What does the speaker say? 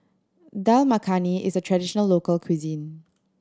Dal Makhani is a traditional local cuisine